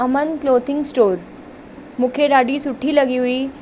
अमन clothing store मूंखे ॾाढी सुठी लॻी हुई